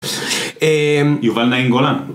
יובל נעים גולן